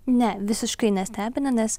ne visiškai nestebina nes